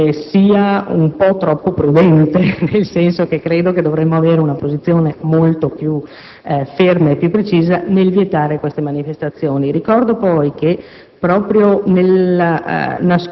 ammennicoli vari, sia un po' troppo prudente, nel senso che credo che dovremmo avere una posizione molto più ferma e più precisa nel vietare queste manifestazioni. Ricordo poi che,